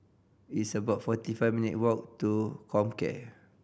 it's about forty four minute walk to Comcare